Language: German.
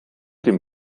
dem